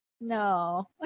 No